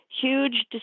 huge